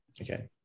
Okay